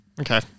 Okay